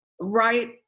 right